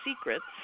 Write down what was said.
secrets